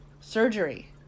surgery